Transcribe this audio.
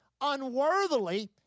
unworthily